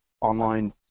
online